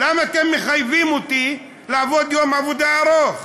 למה אתם מחייבים אותי לעבוד יום עבודה ארוך?